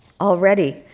Already